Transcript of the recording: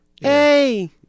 hey